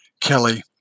Kelly